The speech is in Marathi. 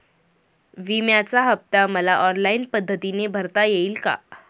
विम्याचा हफ्ता मला ऑनलाईन पद्धतीने भरता येईल का?